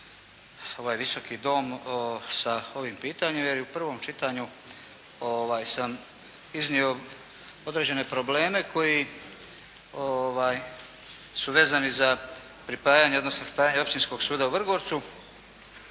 ovaj Visoki dom sa ovim pitanjem jer u prvom čitanju sam iznio određene probleme koji su vezani za pripajanje, odnosno stanja Općinskog suda u Vrgorcu.